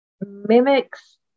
mimics